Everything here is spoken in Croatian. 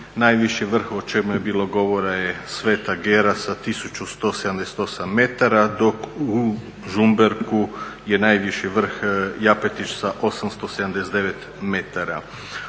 Najviši vrh o čemu je bilo govora je Sveta Gera sa 1178 metara, dok u Žumberku je najviši vrh Japetić sa 879 metara.